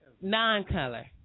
Non-color